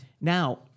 Now